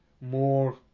more